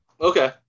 Okay